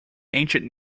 ancient